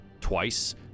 twice